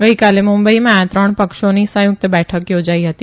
ગઇકાલે મુંબઇમાં આ ત્રણ ક્ષોની સંયુકત બેઠક યોજાઇ હતી